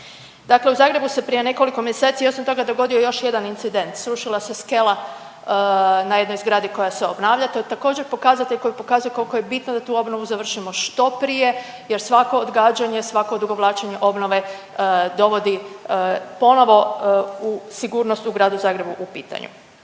Dakle, u Zagrebu se prije nekoliko mjeseci osim toga dogodio još jedan incident. Srušila se skela na jednoj zgradi koja se obnavlja. To je također pokazatelj koji pokazuje koliko je bitno da tu obnovu završimo što prije, jer svako odgađanje, svako odugovlačenje obnove dovodi ponovo u sigurnost u gradu Zagrebu u pitanje.